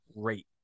great